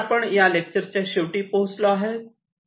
तर आपण या लेक्चरच्या शेवटी पोहोचलो आहोत